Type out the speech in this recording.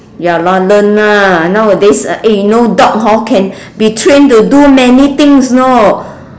ya lor learn lah nowadays eh you know dog hor can be trained to do many things you know